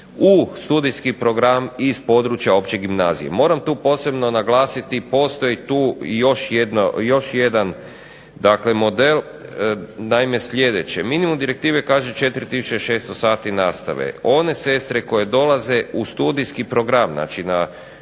u studijski program iz područja opće gimnazije. Moram tu posebno naglasiti postoji tu još jedan dakle model, naime sljedeće. Minimum direktive kaže 4 tisuće 600 sati nastave, one sestre koje dolaze u studijski program, znači na